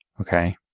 Okay